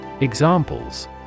Examples